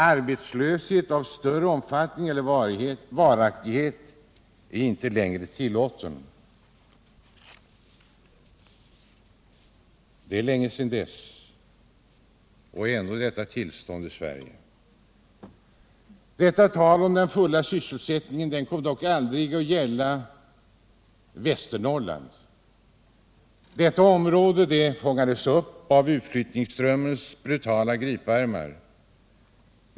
Arbetslöshet av större omfattning eller varaktighet är inte längre tillåten.” Det är länge sedan dess, och ändå detta tillstånd i Sverige! Talet om den fulla sysselsättningen kom dock aldrig att gälla Västernorrland. Detta område fångades upp av utflyttningsströmmens brutala griparmar.